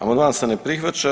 Amandman se ne prihvaća.